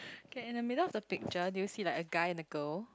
okay in the middle of the picture do you see like a guy and a girl